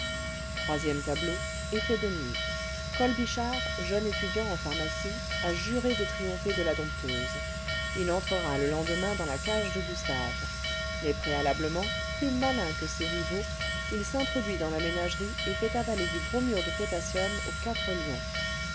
troisième tableau effet de nuit colbichard jeune étudiant en pharmacie a juré de triompher cle la dompteuse il entrera le lendemain dans laçage de gustave mais préalablement plus malin que ses rivaux il s'introduit dans la ménagerie et fait avaler du bromure de potassium aux quatre lions